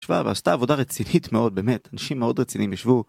שמע, ועשתה עבודה רצינית מאוד, באמת. אנשים מאוד רציניים ישבו,